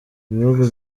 ibihugu